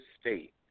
state